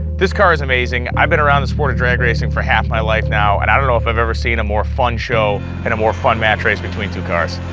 this car is amazing, i've been around the sport of drag racing for half my life now, and i dunno if i've seen a more fun show and a more fun match race between two cars.